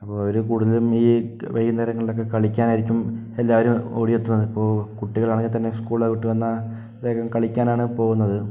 അപ്പോൾ അവര് കൂടുതലും ഈ വൈകുന്നേരങ്ങൾലൊക്കെ കളിക്കാനായിരിക്കും എല്ലാരും ഓടി എത്തുന്നത് ഇപ്പോൾ കുട്ടികളാണെങ്കി തന്നെ സ്കൂൾ വിട്ട് വന്നാൽ വേഗം കളിക്കാനാണ് പോകുന്നത്